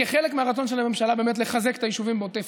כחלק מהרצון של הממשלה לחזק את היישובים בעוטף